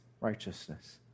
righteousness